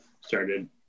started